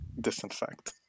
disinfect